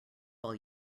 while